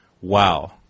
Wow